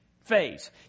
phase